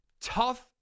tough